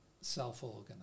self-organize